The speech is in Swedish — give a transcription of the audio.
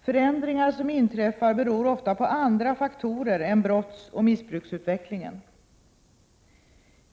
Förändringar som inträffar beror ofta på andra faktorer än brottsoch missbruksutvecklingen.